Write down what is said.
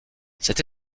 cette